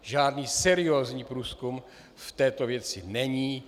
Žádný seriózní průzkum v této věci není.